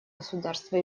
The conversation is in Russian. государства